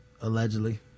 allegedly